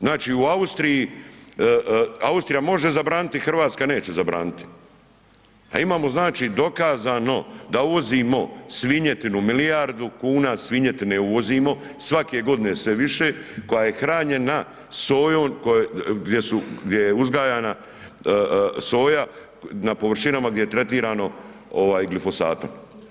Znači u Austriji, Austrija može zabraniti, Hrvatska neće zabraniti, a imamo znači dokazano da uvozimo svinjetinu, milijardu kuna svinjetine uvozimo, svake godine sve više koja je hranjena sojom gdje su, gdje je uzgajana soja na površinama gdje je tretirano ovaj glifosatom.